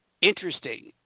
Interesting